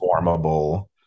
formable